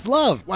love